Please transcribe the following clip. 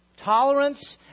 Tolerance